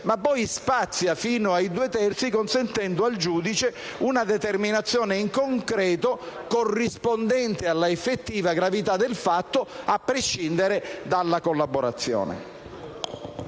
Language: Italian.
ma poi spazia fino ai «due terzi», consentendo al giudice una determinazione in concreto corrispondente all'effettiva gravità del fatto, a prescindere dalla collaborazione.